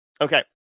Okay